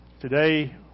Today